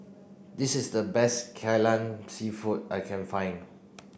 this is the best Kai Lan seafood I can find